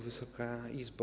Wysoka Izbo!